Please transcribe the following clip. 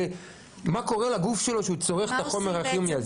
מה קורה לגוף שלו, כשהוא צורך את החומר הכימי הזה?